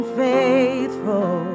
faithful